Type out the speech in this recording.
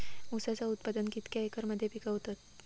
ऊसाचा उत्पादन कितक्या एकर मध्ये पिकवतत?